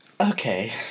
Okay